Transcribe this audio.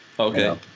Okay